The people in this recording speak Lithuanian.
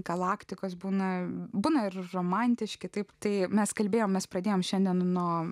galaktikos būna būna ir romantiški taip tai mes kalbėjomės pradėjome šiandien nuo